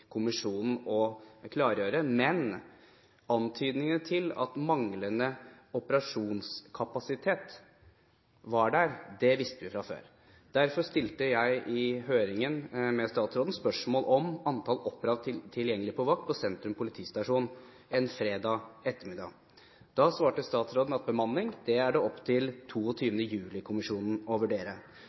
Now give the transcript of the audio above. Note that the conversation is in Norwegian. å klargjøre, men antydninger til at manglende operasjonskapasitet var der, visste vi fra før. Derfor stilte jeg i høringen med statsråden spørsmål om antall operative tilgjengelig på vakt på Sentrum politistasjon en fredag ettermiddag. Da svarte statsråden at når det gjelder bemanning, er det opp til 22. juli-kommisjonen å vurdere